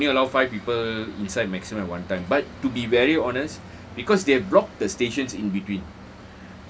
so the gym now they only allow five people inside maximum at one time but to be very honest because they have blocked the stations in between